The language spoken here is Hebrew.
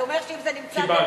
זה אומר שאם זה נמצא, קיבלת.